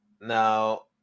Now